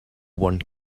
one